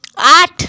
আট